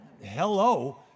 hello